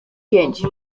pięć